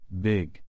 Big. [